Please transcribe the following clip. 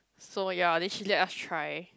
so ya actually let us try